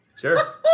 Sure